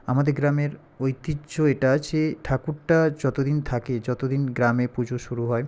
আমাদের গ্রামের ঐতিহ্য এটা যে ঠাকুরটা যতো দিন থাকে যতো দিন গ্রামে পুজো শুরু হয়